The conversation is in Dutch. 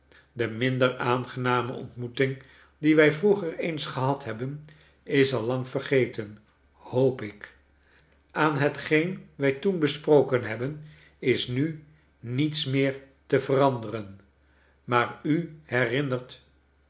de minder aangename ontmoeting die wij vroeger eens gehad hebben is al lang vergeten hoop ik aan hetgeen wij toen besproken hebben is nu niets meer tc veranderen maar u herinnert